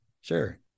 Sure